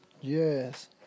Yes